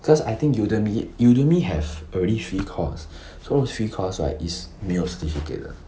because I think Udemy Udemy have already free course so free course is 没有 cetificate 的